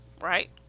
Right